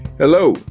Hello